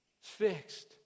Fixed